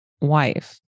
wife